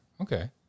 Okay